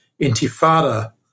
Intifada